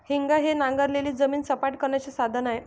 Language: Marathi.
हेंगा हे नांगरलेली जमीन सपाट करण्याचे साधन आहे